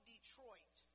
Detroit